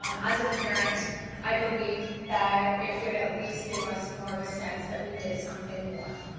um as a parent i believe that it would at least give us more of a sense that we did something more.